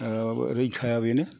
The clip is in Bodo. रैखाया बेनो